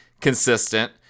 consistent